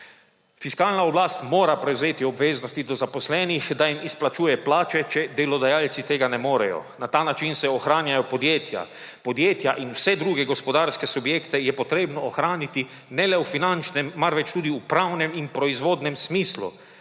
Fiskalna oblast mora prevzeti obveznosti do zaposlenih, da jim izplačuje plače, če delodajalci tega ne morejo. Na ta način se ohranjajo podjetja. Podjetja in vse druge gospodarske subjekte je treba ohraniti ne le v finančnem, marveč tudi v pravnem in proizvodnem smislu,